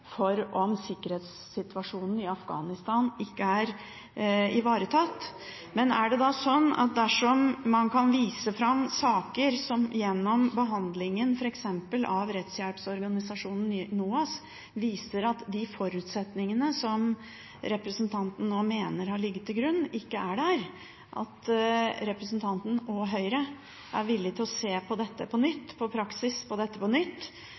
for hvorvidt sikkerhetssituasjonen i Afghanistan er ivaretatt. Dersom man kan vise fram saker som gjennom behandlingen av f.eks. rettshjelpsorganisasjonen NOAS viser at de forutsetningene som representanten nå mener har ligget til grunn, ikke er der, er det da sånn at representanten og Høyre er villig til å se på praksis for dette på nytt?